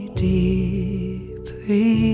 deeply